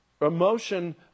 emotion